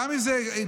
גם אם זה מעט,